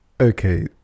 Okay